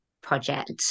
project